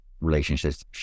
relationships